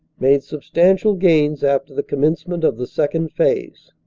made substantial gains after the commence ment of the second phase,